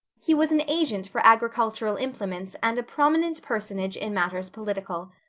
he was an agent for agricultural implements and a prominent personage in matters political.